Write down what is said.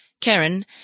Karen